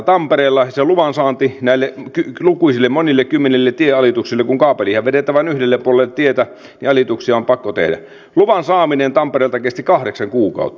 sen luvan saanti näille lukuisille monille kymmenille tienalituksille kun kaapelihan vedetään vain yhdelle puolelle tietä niin alituksia on pakko tehdä tampereelta kesti kahdeksan kuukautta